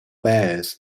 bears